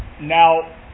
Now